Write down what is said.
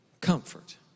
comfort